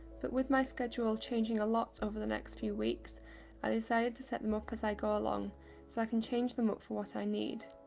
but with my schedule changing a lot over the next few weeks i decided to set them up as i go so so i can change them up for what i need.